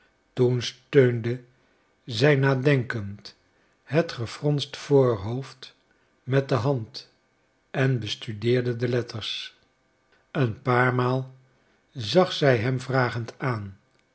toen steunde zij nadenkend het gefronst voorhoofd met de hand en bestudeerde de letters een paar maal zag zij hem vragend aan